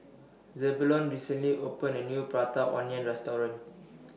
Zebulon recently opened A New Prata Onion Restaurant